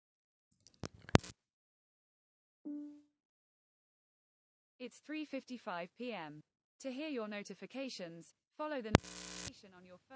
ನಮ್ಮ ಹೊಲದ ಮಣ್ಣಿನಲ್ಲಿ ಪೊಟ್ಯಾಷ್ ಅಂಶದ ಕೊರತೆ ಹೆಚ್ಚಾಗಿದ್ದು ಅದನ್ನು ವೃದ್ಧಿಸಲು ಏನು ಮಾಡಬೇಕು?